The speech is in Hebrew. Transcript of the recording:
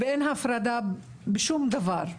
ואין הפרדה בשום דבר.